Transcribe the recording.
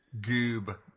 goob